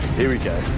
here we go. ooh!